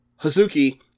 hazuki